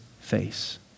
face